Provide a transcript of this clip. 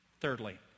Thirdly